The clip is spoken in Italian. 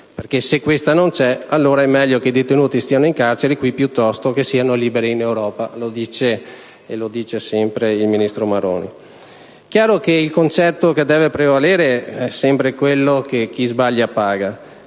perché se questa non c'è allora è meglio che i detenuti stiano in carcere qui piuttosto che siano liberi in Europa, come dice sempre il ministro Maroni. Chiaramente, il concetto che deve prevalere è sempre quello secondo cui chi sbaglia paga.